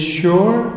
sure